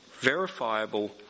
verifiable